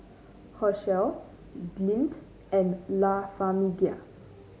Herschel Lindt and La Famiglia